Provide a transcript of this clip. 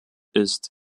ist